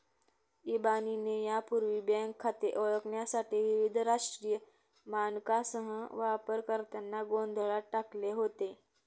इबानीने यापूर्वी बँक खाते ओळखण्यासाठी विविध राष्ट्रीय मानकांसह वापरकर्त्यांना गोंधळात टाकले होते